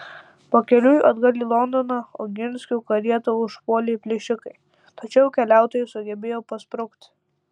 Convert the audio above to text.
pakeliui atgal į londoną oginskių karietą užpuolė plėšikai tačiau keliautojai sugebėjo pasprukti